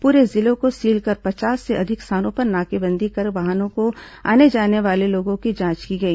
पूरे जिले को सील कर पचास से अधिक स्थानों पर नाकाबंदी कर वाहनों और आने जाने वाले लोगों की जांच की गई